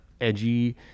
edgy